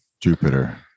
Jupiter